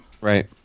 Right